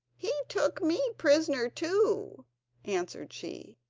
he took me prisoner, too answered she,